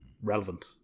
relevant